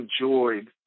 enjoyed